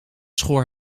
schoor